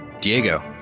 Diego